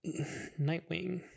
Nightwing